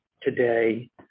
today